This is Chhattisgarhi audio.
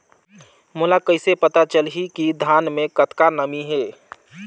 मोला कइसे पता चलही की धान मे कतका नमी हे?